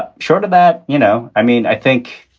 but short of that, you know i mean, i think.